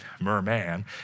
merman